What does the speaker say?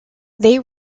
they